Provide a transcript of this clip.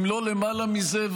אם לא למעלה מזה,